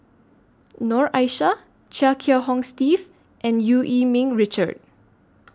Noor Aishah Chia Kiah Hong Steve and EU Yee Ming Richard